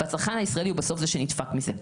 והצרכן הישראלי הוא בסוף זה שנדפק מזה.